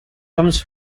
comes